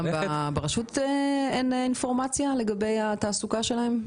גם ברשות אין אינפורמציה לגבי התעסוקה שלהם?